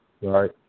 right